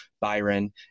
Byron